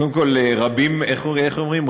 קודם כול, איך אומרים?